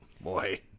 boy